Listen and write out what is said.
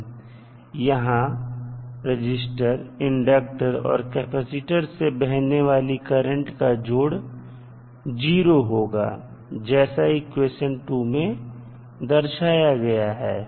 अब यहां resistor inductor और कैपेसिटर से बहने वाली करंट का जोड़ 0 होगा जैसा इक्वेशन 2 में दर्शाया गया है